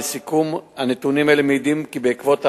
לסיכום, הנתונים האלה מעידים כי בעקבות העלייה,